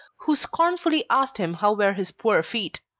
who scornfully asked him how were his poor feet.